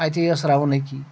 اتہِ یِیٖہَس رونقی